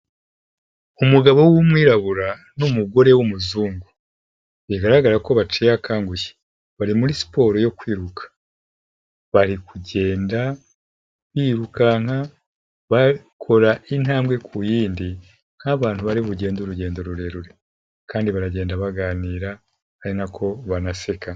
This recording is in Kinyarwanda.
Umugabo w'umwirabura n'umugore w'umuzungu, bigaragara ko baciye akangushye bari muri siporo yo kwiruka, bari kugenda birukanka bakora intambwe ku y'indi nk'abantu bari bugende urugendo rurerure kandi baragenda baganira ari n'ako banaseka.